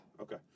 Okay